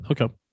Okay